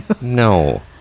No